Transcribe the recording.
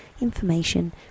information